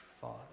Father